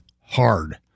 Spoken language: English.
hard